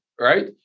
right